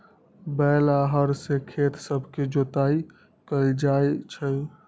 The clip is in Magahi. बैल आऽ हर से खेत सभके जोताइ कएल जाइ छइ